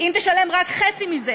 אבל לילדים שלכם בוודאי יש מטפל או מטפלת,